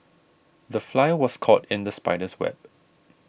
the fly was caught in the spider's web